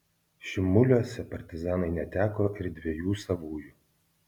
šimuliuose partizanai neteko ir dviejų savųjų